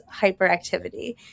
hyperactivity